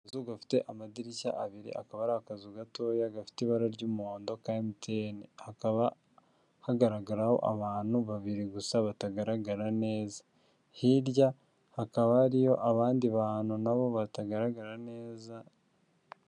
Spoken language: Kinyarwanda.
Akazu gafite amadirishya abiri akaba ari akazu gatoya gafite ibara ry'umuhondo ka MTN, hakaba hagaragaraho abantu babiri gusa batagaragara neza, hirya hakaba hariyo abandi bantu nabo batagaragara neza.